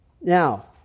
Now